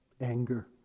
anger